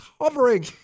hovering